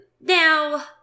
now